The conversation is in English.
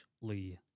Lee